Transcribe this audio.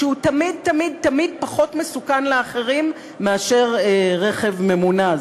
שהוא תמיד תמיד תמיד פחות מסוכן לאחרים מאשר רכב ממונע.